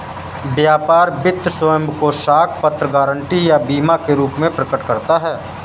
व्यापार वित्त स्वयं को साख पत्र, गारंटी या बीमा के रूप में प्रकट करता है